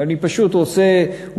ואני פשוט רוצה,